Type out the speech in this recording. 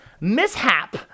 mishap